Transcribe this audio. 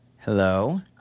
Hello